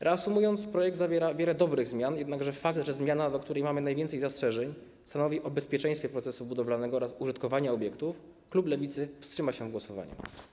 Reasumując, projekt zawiera wiele dobrych zmian, jednakże fakt, że zmiana, do której mamy najwięcej zastrzeżeń, stanowi o bezpieczeństwie procesu budowlanego oraz użytkowania obiektów, dlatego klub Lewicy wstrzyma się od głosowania.